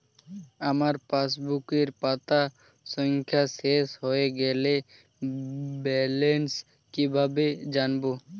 আমার পাসবুকের পাতা সংখ্যা শেষ হয়ে গেলে ব্যালেন্স কীভাবে জানব?